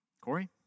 Corey